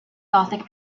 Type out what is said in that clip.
gothic